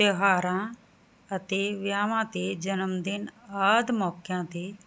ਤਿਉਹਾਰਾਂ ਅਤੇ ਵਿਆਹਵਾਂ ਤੇ ਜਨਮ ਦਿਨ ਆਦਿ ਮੌਕਿਆਂ ਤੇ